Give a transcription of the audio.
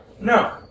No